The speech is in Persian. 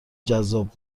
جذاب